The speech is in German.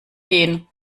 gehen